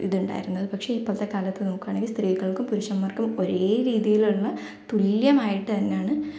ഇതുണ്ടായിരുന്നത് പക്ഷേ ഇപ്പോഴത്തെ കാലത്ത് നോക്കുകയാണെങ്കിൽ സ്ത്രീകൾക്കും പുരുഷന്മാർക്കും ഒരേ രീതിയിലുള്ള തുല്യമായിട്ട് തന്നെയാണ്